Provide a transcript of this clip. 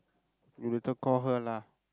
you later call her lah